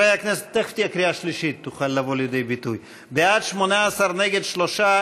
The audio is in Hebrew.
הצבעה מס' 6 בעד סעיפים 1 2, 18 נגד, 3 נמנעים,